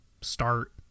start